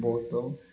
ବହୁତ